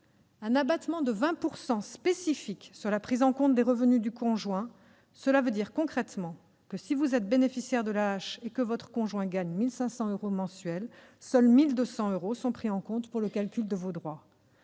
un abattement spécifique de 20 % est prévu pour la prise en compte des revenus du conjoint. Cela signifie concrètement que, si vous êtes bénéficiaire de l'AAH et que votre conjoint gagne 1 500 euros mensuels, seuls 1 200 euros sont pris en compte pour le calcul de vos droits.